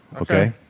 Okay